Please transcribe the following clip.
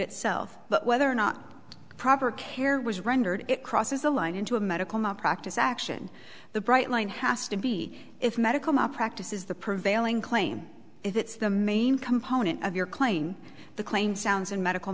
itself but whether or not the proper care was rendered it crosses the line into a medical malpractise action the bright line has to be if medical malpractise is the prevailing claim if it's the main component of your claim the claim sounds and medical